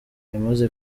yamaze